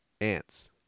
Ants